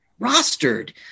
rostered